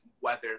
weather